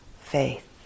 faith